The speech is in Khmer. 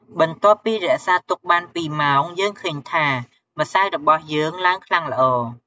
បន្ទាប់ពីរក្សាទុកបានពីរម៉ោង យើងឃើញថាម្សៅរបស់យើងឡើងខ្លាំងល្អ។